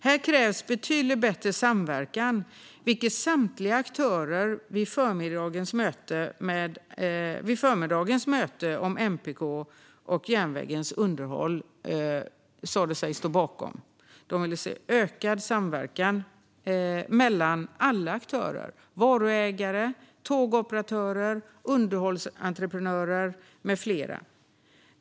Här krävs betydligt bättre samverkan, vilket samtliga aktörer vid förmiddagens möte om MPK och järnvägens underhåll sa sig stå bakom. De ville se ökad samverkan mellan alla aktörer - varuägare, tågoperatörer, underhållsentreprenörer med flera.